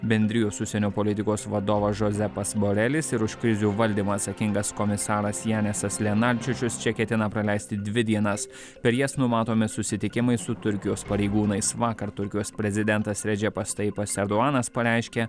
bendrijos užsienio politikos vadovas žozėpas borelis ir už krizių valdymą atsakingas komisaras janesas lenarčičius čia ketina praleisti dvi dienas per jas numatomi susitikimai su turkijos pareigūnais vakar turkijos prezidentas redžepas tajipas erduanas pareiškė